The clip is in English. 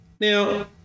now